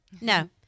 No